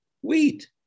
Wheat